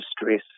stress